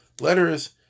letters